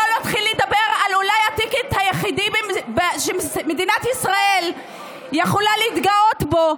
בואו נתחיל לדבר אולי על הטיקט היחיד שמדינת ישראל יכולה להתגאות בו,